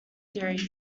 series